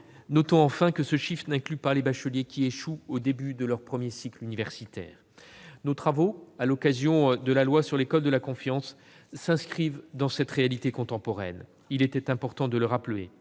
Notons enfin que ce chiffre n'inclut pas les bacheliers qui échouent au début de leur premier cycle universitaire. Nos travaux relatifs au présent texte s'inscrivent dans cette réalité contemporaine. Il était important de le rappeler.